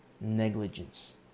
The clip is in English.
Negligence